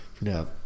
no